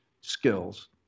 skills